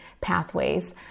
pathways